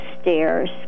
stairs